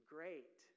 Great